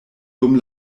dum